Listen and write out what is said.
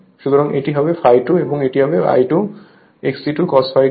সুতরাং এটি হবে ∅2 এবং এটি হবে I2 XE2 cos ∅2